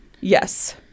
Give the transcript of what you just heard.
Yes